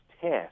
test